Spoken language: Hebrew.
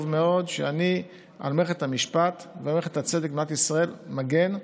מאוד שאני על מערכת המשפט ועל מערכת הצדק במדינת ישראל מגן,